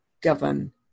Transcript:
govern